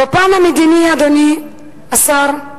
בפן המדיני, אדוני השר,